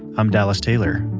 i'm dallas taylor